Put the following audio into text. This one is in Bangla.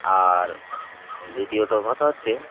আর দ্বিতীয়ত কথা হচ্ছে